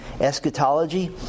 eschatology